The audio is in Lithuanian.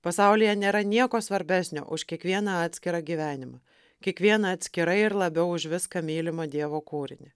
pasaulyje nėra nieko svarbesnio už kiekvieną atskirą gyvenimą kiekvieną atskirai ir labiau už viską mylimą dievo kūrinį